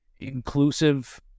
inclusive